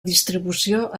distribució